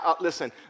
Listen